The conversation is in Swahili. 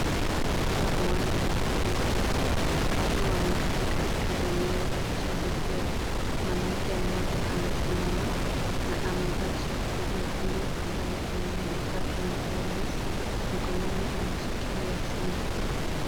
Katika uwanja huu wa michezo, watu wamekaa katika eneo la kushabikia. Mwanamke mmoja amesimama, na amevaa shati nyekundu ambayo imeandikwa Kenya airways mkononi ameshikilia simu.